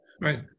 right